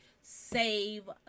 save